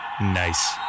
Nice